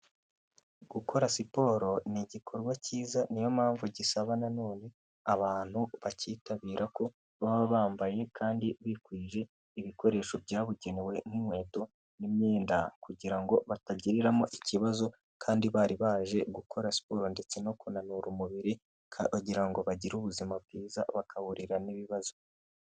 Gukora siporo ni igikorwa cyiza niyo mpamvu gisaba nanone abantu bacyitabira ko baba bambaye kandi bikwije ibikoresho byabugenewe nk'inkweto n'imyenda, kugira ngo batagiriramo ikibazo kandi bari baje gukora siporo ndetse no kunanura umubiri kugira ngo bagire ubuzima bwiza bakahahurira n'ibibazo.